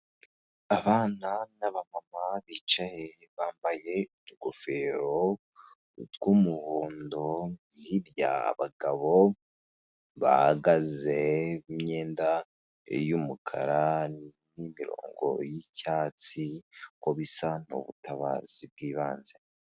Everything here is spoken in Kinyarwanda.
Abana naba mama bicaye bambaye utugofero tw'umuhondo hirya hari abagabo bahagaze ku myenda y'umukara n'imirongo y'icyatsi kibisi bisa n'ubutabazi bwibanze.